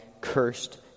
cursed